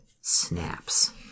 snaps